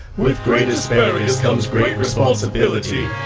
with great asparagus comes great responsibility.